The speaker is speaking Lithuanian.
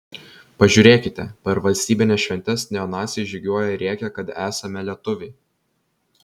pažiūrėkite per valstybines šventes neonaciai žygiuoja ir rėkia kad esame lietuviai